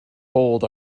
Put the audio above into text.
bold